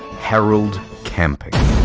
harold camping.